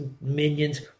minions